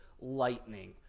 lightning